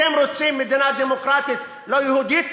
אתם רוצים מדינה דמוקרטית לא יהודית,